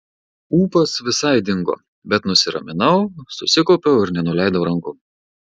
ūpas visai dingo bet nusiraminau susikaupiau ir nenuleidau rankų